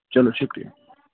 چلو شُکریہ